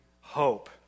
hope